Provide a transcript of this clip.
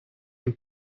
him